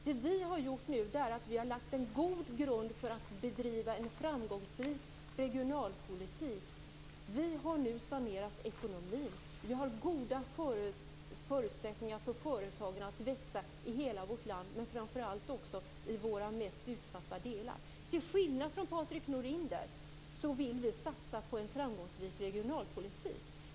Det vi har gjort nu är att lägga en god grund för att bedriva en framgångsrik regionalpolitik. Vi har nu sanerat ekonomin. Det finns goda förutsättningar för företagen att växa i hela vårt land, men framför allt i våra mest utsatta delar. Till skillnad från Patrik Norinder vill vi satsa på en framgångsrik regionalpolitik.